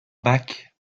bac